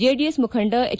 JDS ಮುಖಂಡ H